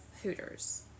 hooters